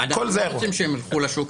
אנחנו לא רוצים שהם ילכו לשוק